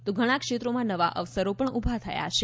તો ઘણા ક્ષેત્રો નવા અવસરો પણ ઉભા થયા છે